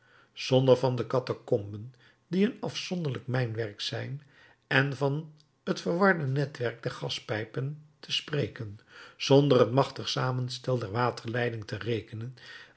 zonder van de catacomben die een afzonderlijk mijnwerk zijn en van het verwarde netwerk der gaspijpen te spreken zonder het machtig samenstel der waterleiding te rekenen